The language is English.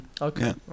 okay